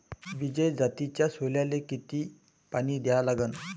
विजय जातीच्या सोल्याले किती पानी द्या लागन?